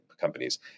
companies